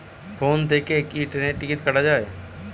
Phone থেকে কি ট্রেনের টিকিট কাটা য়ায়?